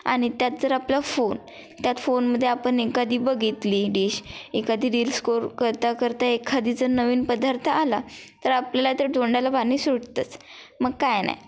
आणि त्यात जर आपला फोन त्यात फोनमध्ये आपण एखादी बघितली डिश एखादी रील स्कोर करता करता एखादी जर नवीन पदार्थ आला तर आपल्याला तर तोंडाला पाणी सुटतंच मग काय नाही